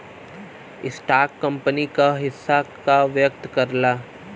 stock company क हिस्सा का व्यक्त करला